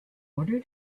order